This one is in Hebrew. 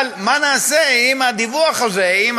אבל מה נעשה עם הדיווח הזה, עם